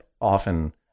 often